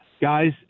guys